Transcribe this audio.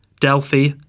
Delphi